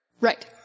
Right